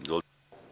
Izvolite.